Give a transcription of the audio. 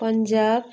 Punjab